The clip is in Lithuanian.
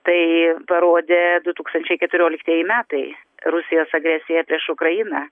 tai parodė du tūkstančiai keturioliktieji metai rusijos agresija prieš ukrainą